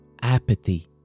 Apathy